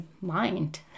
mind